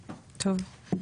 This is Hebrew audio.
טוב.